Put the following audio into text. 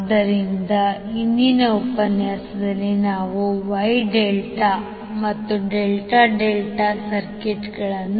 ಆದ್ದರಿಂದ ಇಂದಿನ ಉಪನ್ಯಾಸದಲ್ಲಿ ನಾವು Y ∆ ಮತ್ತು ∆∆ ಸರ್ಕಿಟ್ಗಳು